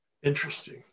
interesting